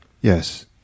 Yes